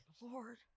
Lord